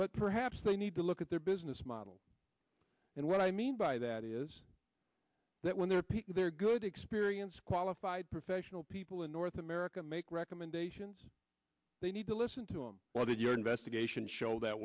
but perhaps they need to look at their business model and what i mean by that is that when their people they're good experience qualified professional people in north america make recommendations they need to listen to him well that your investigation show that